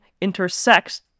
intersects